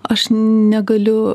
aš negaliu